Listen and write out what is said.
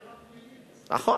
נכון.